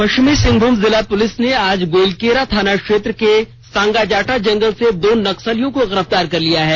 पश्चिमी सिंहभूम जिला पुलिस ने आज गोइलकेरा थाना क्षेत्र से के सांगाजाटा जंगल से दो नक्सलियों को गिरफ्तार कर लिया है